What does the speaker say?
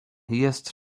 jest